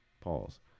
Pause